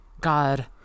God